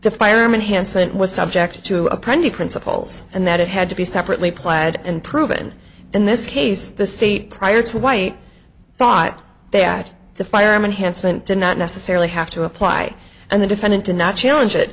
the fireman hanson was subject to a printed principles and that it had to be separately plaid and proven in this case the state prior to white thought they had the fireman hanson did not necessarily have to apply and the defendant did not challenge it